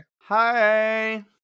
Hi